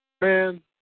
man